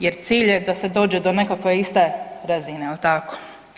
Jer cilj je da se dođe do nekakve iste razine, je tako.